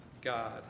God